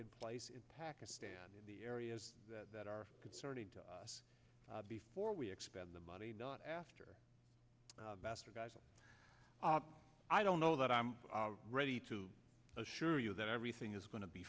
in place in pakistan in the areas that are concerning to us before we expend the money not after bastardizing i don't know that i'm ready to assure you that everything is going to be